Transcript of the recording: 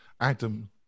adam